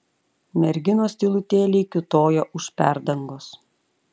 merginos tylutėliai kiūtojo už perdangos